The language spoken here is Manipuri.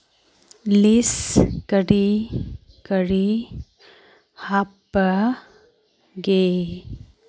ꯂꯤꯁ ꯀꯔꯤ ꯀꯔꯤ ꯍꯥꯞꯄꯒꯦ